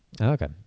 Okay